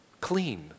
clean